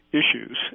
issues